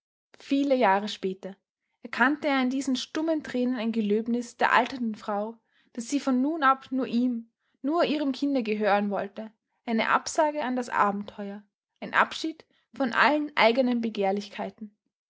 viele jahre später erkannte er in diesen stummen tränen ein gelöbnis der alternden frau daß sie von nun ab nur ihm nur ihrem kinde gehören wollte eine absage an das abenteuer ein abschied von allen eigenen begehrlichkeiten